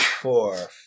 four